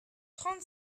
trente